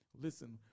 Listen